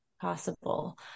possible